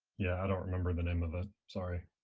yeah don't remember the name of it. sorry.